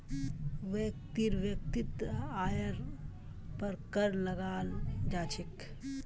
व्यक्तिर वैयक्तिक आइर पर कर लगाल जा छेक